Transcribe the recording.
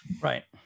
Right